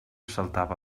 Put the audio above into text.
saltava